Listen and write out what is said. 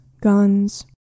guns